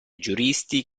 giuristi